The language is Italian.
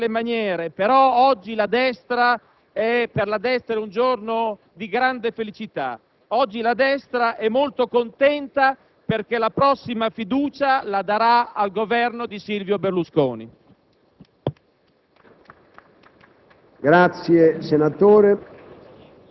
stare attaccati alla sedia in tutti i modi e in tutte le maniere, però oggi per La Destra è un giorno di grande felicità. Oggi La Destra è molto contenta perché la prossima fiducia la darà al Governo di Silvio Berlusconi.